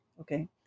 okay